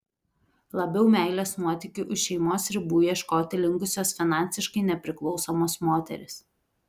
labiau meilės nuotykių už šeimos ribų ieškoti linkusios finansiškai nepriklausomos moterys